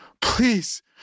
Please